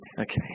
Okay